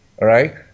right